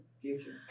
future